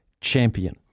Champion